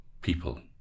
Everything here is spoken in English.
people